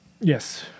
Yes